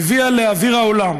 הביאה לאוויר העולם